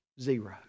zero